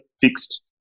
fixed